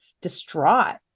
distraught